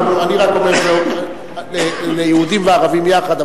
אני רק אומר ליהודים וערבים יחד,